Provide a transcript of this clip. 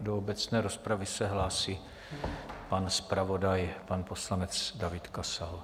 Do obecné rozpravy se hlásí pan zpravodaj, pan poslanec David Kasal.